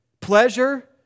pleasure